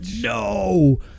No